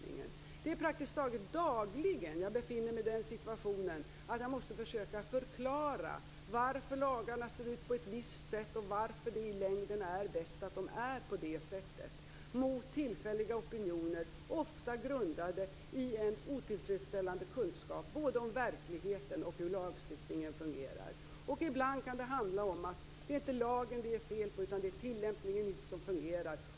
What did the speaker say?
Jag befinner mig praktiskt taget dagligen i den situationen att jag måste försöka förklara varför lagarna ser ut på ett visst sätt och varför det i längden är bäst att de är på det sättet - mot tillfälliga opinioner, ofta grundade i en otillfredsställande kunskap både om verkligheten och om hur lagstiftningen fungerar. Ibland kan det handla om att det inte är fel på lagen utan att det är tillämpningen som inte fungerar.